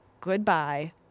Goodbye